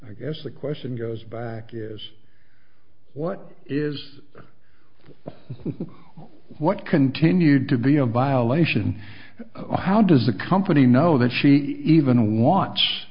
i guess the question goes back is what is what continued to be a violation how does the company know that she even wa